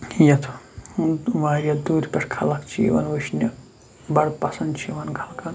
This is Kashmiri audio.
یَتھ ہُنٛد واریاہ دوٗرِ پٮ۪ٹھ خلق چھِ یِوان وٕچھنہِ بڑٕ پَسنٛد چھِ یِوان خلقَن